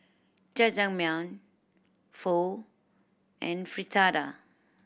Jajangmyeon Pho and Fritada